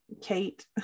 kate